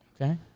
Okay